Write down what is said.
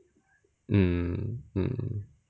mm mm